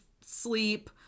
sleep